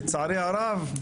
לצערי הרב,